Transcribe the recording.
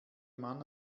mann